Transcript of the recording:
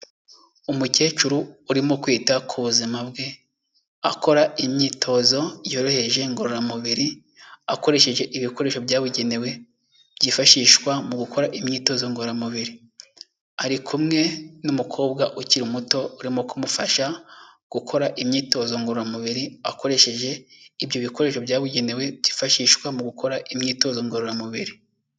Umukecuru urimo kwita ku buzima bwe, akora imyitozo yoroheje ngororamubiri, akoresheje ibikoresho byabugenewe, byifashishwa mu gukora imyitozo ngororamubiri. Ari kumwe n'umukobwa ukiri muto urimo kumufasha, gukora imyitozo ngororamubiri, akoresheje ibyo bikoresho byabugenewe byifashishwa mu gukora imyitozo ngororamubiri.